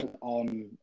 on